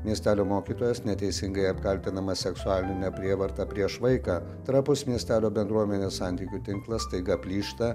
miestelio mokytojas neteisingai apkaltinamas seksualine prievarta prieš vaiką trapus miestelio bendruomenės santykių tinklas staiga plyšta